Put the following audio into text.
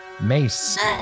mace